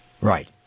Right